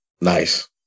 Nice